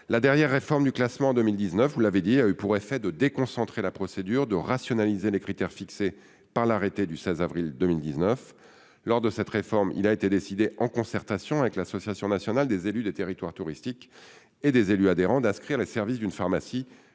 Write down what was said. La dernière réforme du classement, en 2019, a eu pour objet de déconcentrer la procédure et de rationaliser les critères fixés par l'arrêté du 16 avril 2019. Lors de cette réforme, il a été décidé, en concertation avec l'Association nationale des élus des territoires touristiques et les élus adhérents, d'inscrire les services d'une pharmacie